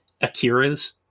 Akira's